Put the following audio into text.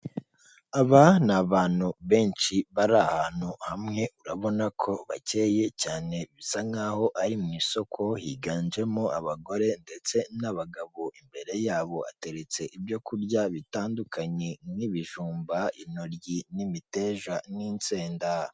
Aba ni abantu benshi bari ahantu hamwe urabona ko bakeye cyane bisa nk'aho ari mu isoko, higanjemo abagore ndetse n'abagabo imbere yabo hateretse ibyo kurya bitandukanye nk'ibijumba, intoryi n'imiteja n'insedara.